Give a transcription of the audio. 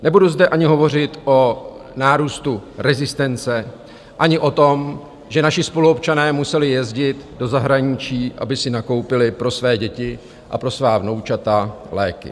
Nebudu zde ani hovořit o nárůstu rezistence ani o tom, že naši spoluobčané museli jezdit do zahraničí, aby si nakoupili pro své děti a pro svá vnoučata léky.